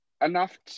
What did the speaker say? enough